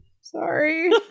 Sorry